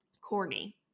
Corny